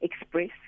express